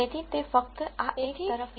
તેથી તે ફક્ત આ એક તરફ ની સીમા છે